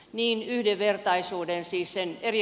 niin yhdenvertaisuuden siis sen eri